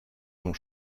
ont